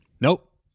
Nope